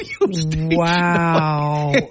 Wow